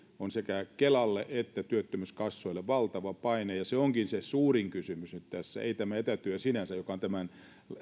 on sekä kelalla että työttömyyskassoilla valtava paine ja se onkin se suurin kysymys nyt tässä ei tämä etätyö sinänsä joka on tämän